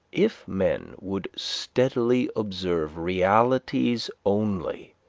if men would steadily observe realities only,